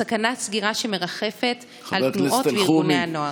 סכנת סגירה שמרחפת מעל תנועות וארגוני הנוער.